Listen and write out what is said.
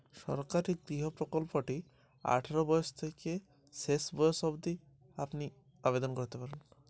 সরকারি গৃহ প্রকল্পটি তে কত বয়স পর্যন্ত আবেদন করা যেতে পারে?